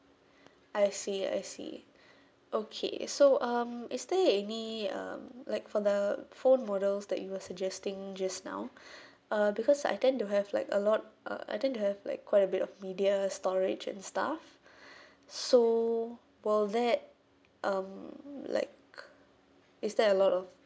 I see I see okay so um is there any um like for the phone models that you were suggesting just now uh because I tend to have like a lot uh I tend to have like quite a bit of media storage and stuff so will that um like is there a lot of